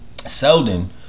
Seldon